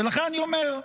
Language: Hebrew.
ולכן אני אומר,